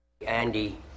Andy